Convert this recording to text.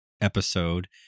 episode